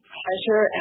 pleasure